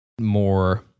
more